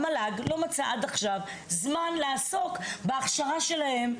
אז המל"ג לא מצא עד עכשיו זמן לעסוק בהכשרה שלהם.